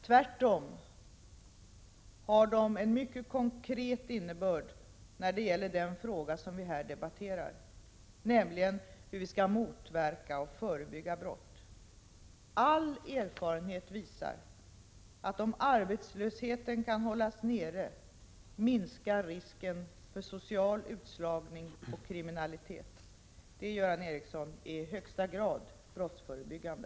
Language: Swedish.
Tvärtom har de en mycket konkret innebörd när det gäller den fråga vi här debatterar, nämligen hur vi skall motverka och förebygga brott. All erfarenhet visar att om arbetslösheten kan hållas nere minskar risken för social utslagning och kriminalitet. Det, Göran Ericsson, är i högsta grad brottsförebyggande.